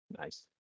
Nice